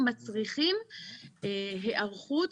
מצריכים היערכות,